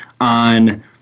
on